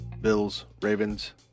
Bills-Ravens